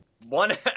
One